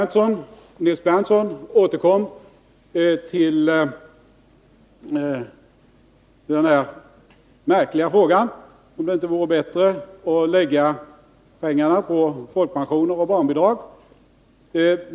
Nils Berndtson återkom till den märkliga frågan om det inte vore bättre att lägga pengarna på folkpensioner och barnbidrag.